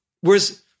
Whereas